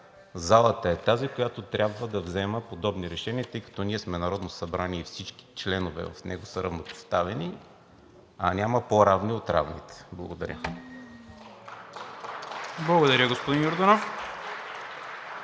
залата е тази, която трябва да взема подобни решения, тъй като ние сме Народно събрание и всички членове в него са равнопоставени, а няма по-равни от равните. Благодаря. (Ръкопляскания от